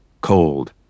cold